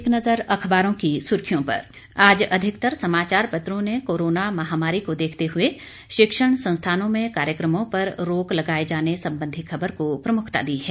एक नज़र अख़बारों की सुर्खियां पर आज अधिकतर समाचार पत्रों ने कोरोना महामारी को देखते हुए शिक्षण संस्थानों में कार्यक्रमों पर रोक लगाए जाने संबंधी खबर को प्रमुखता दी है